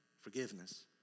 forgiveness